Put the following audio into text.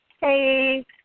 Hey